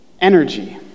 Energy